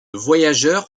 voyageur